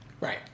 right